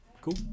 Cool